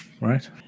right